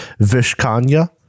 Vishkanya